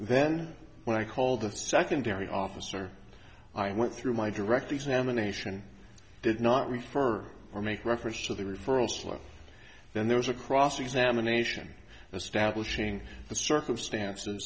then when i called the secondary officer i went through my direct examination did not refer or make reference to the referral slip then there was a cross examination establishing the circumstances